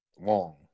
long